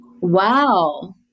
Wow